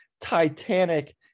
Titanic